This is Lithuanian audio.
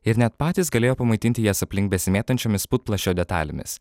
ir net patys galėjo pamaitinti jas aplink besimėtančiomis putplasčio detalėmis